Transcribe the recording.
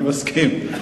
אני מסכים.